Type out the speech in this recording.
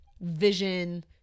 vision